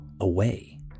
away